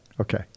Okay